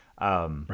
Right